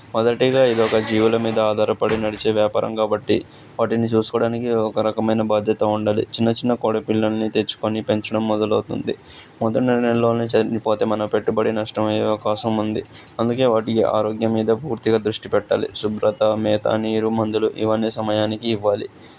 మొదటిగా ఇదొక జీవుల మీద ఆధారపడి నడిచే వ్యాపారం కాబట్టి వాటిని చూసుకోవడానికి ఒక రకమైన బాధ్యత ఉండాలి చిన్న చిన్న కోడి పిల్లలని తెచ్చుకొని పెంచడం మొదలవుతుంది మొదటి నెలలోనే చనిపోతే మన పెట్టుబడి నష్టమయ్యే అవకాశం ఉంది అందుకే వాటికి ఆరోగ్యం మీద పూర్తిగా దృష్టి పెట్టాలి శుభ్రత మేత నీరు మందులు ఇవన్నీ సమయానికి ఇవ్వాలి